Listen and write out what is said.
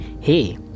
hey